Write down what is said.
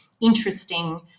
interesting